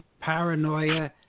paranoia